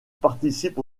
participent